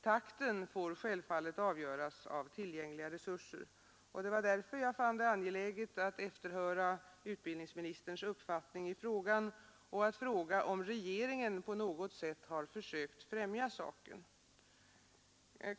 Takten får angeläget att efterhöra utbildningsministerns uppfattning i frågan och att fråga om regeringen på något sätt försökt främja saken.